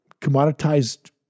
commoditized